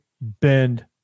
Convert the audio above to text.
bend